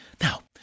Now